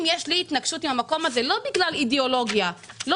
אם יש התנגשות לא בגלל אידיאולוגיה אלא